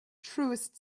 truest